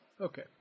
okay